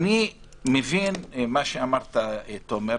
אני מבין מה שאמרת, תומר,